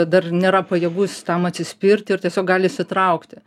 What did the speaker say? dar nėra pajėgus tam atsispirt ir tiesiog gali įsitraukti